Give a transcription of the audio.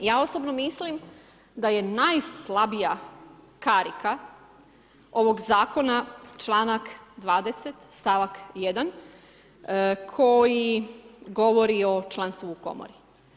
Ja osobno mislim da je najslabija karika ovog zakona članak 20. stavak 1. koji govori o članstvu u komori.